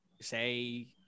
say